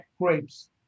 grapes